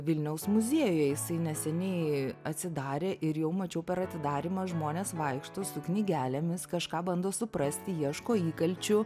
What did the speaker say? vilniaus muziejuj jisai neseniai atsidarė ir jau mačiau per atidarymą žmonės vaikšto su knygelėmis kažką bando suprasti ieško įkalčių